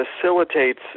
facilitates